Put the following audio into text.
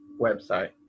website